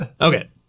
Okay